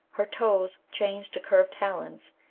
her toes changed to curved talons,